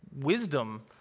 wisdom